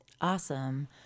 Awesome